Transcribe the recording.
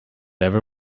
ever